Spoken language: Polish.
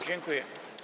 Dziękuję.